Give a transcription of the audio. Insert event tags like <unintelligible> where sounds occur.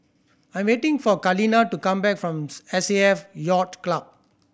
I'm waiting for Kaleena to come back from <unintelligible> S A F Yacht Club